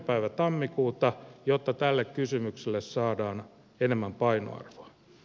päivä tammikuuta jotta tälle kysymykselle saadaan enemmän painoarvoa